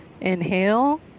inhale